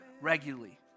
regularly